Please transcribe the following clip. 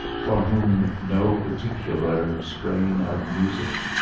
for whom no particular strain of music,